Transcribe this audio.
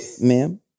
Ma'am